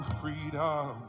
freedom